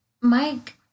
mike